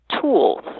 tools